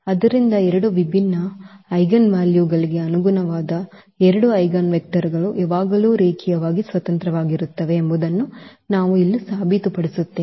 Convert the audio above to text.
ಆದ್ದರಿಂದ ಎರಡು ವಿಭಿನ್ನ ಐಜೆನ್ವೆಲ್ಯುಗಳಿಗೆ ಅನುಗುಣವಾದ ಎರಡು ಐಜೆನ್ವೆಕ್ಟರ್ಗಳು ಯಾವಾಗಲೂ ರೇಖೀಯವಾಗಿ ಸ್ವತಂತ್ರವಾಗಿರುತ್ತವೆ ಎಂಬುದನ್ನು ನಾವು ಇಲ್ಲಿ ಸಾಬೀತುಪಡಿಸುತ್ತೇವೆ